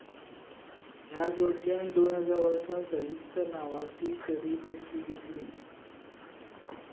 ह्या जोडप्यान दोन हजार वर्सा संयुक्ता नांवाची चली पोसकी घेतली